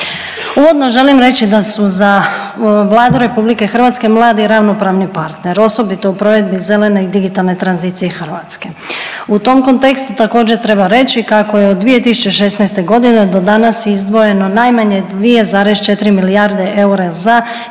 Uvodno želim reći da su za Vladu RH mladih ravnopravni partner, osobito u provedbi zelene i digitalne tranzicije Hrvatske. U tom kontekstu također treba reći kako je od 2016. g. do danas izdvojeno najmanje 2,4 milijarde eura za mjere